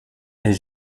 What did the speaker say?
est